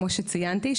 כמו שציינתי,